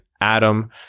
Adam